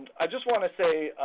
i just want to say,